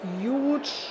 huge